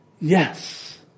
Yes